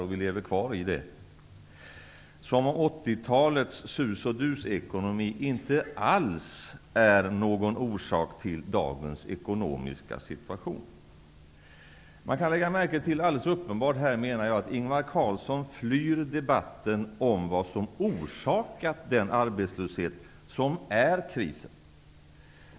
Han resonerar som om 1980-talets sus-och dus-ekonomi inte alls är någon orsak till dagens ekonomiska situation. Man kan här alldeles uppenbart se att Ingvar Carlsson flyr debatten om vad som har orsakat den arbetslöshet som är krisen.